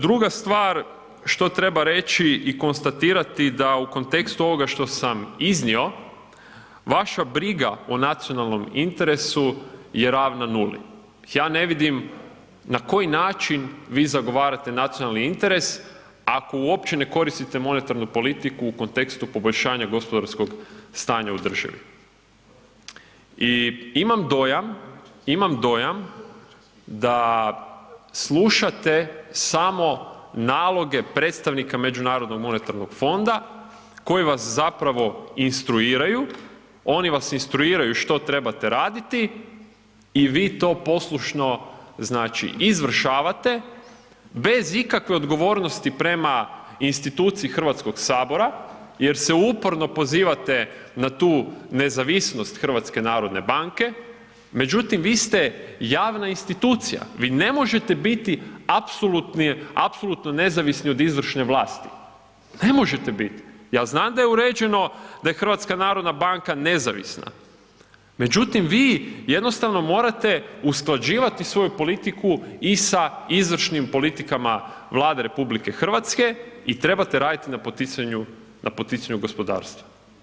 Druga stvar što treba reći i konstatirati da u kontekstu ovoga što sam iznio, vaša briga o nacionalnom interesu je ravna nuli, ja ne vidim na koji način vi zagovarate nacionalni interes ako uopće ne koristite monetarnu politiku u kontekstu poboljšanja gospodarskog stanja u državi i imam dojam, imam dojam da slušate samo naloge predstavnika međunarodnog monetarnog fonda koji vas zapravo instruiraju, oni vas instruiraju što trebate raditi i vi to poslušno znači izvršavate bez ikakve odgovornosti prema instituciji HS jer se uporno pozivate na tu nezavisnost HNB-a, međutim vi ste javna institucija, vi ne možete biti apsolutni, apsolutno nezavisni od izvršne vlasti, ne možete bit, ja znam da je uređeno da je HNB nezavisna, međutim vi jednostavno morate usklađivati svoju politiku i sa izvršnim politikama Vlade RH i trebate radit na poticanju, na poticanju gospodarstva.